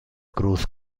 cruz